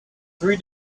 three